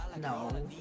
No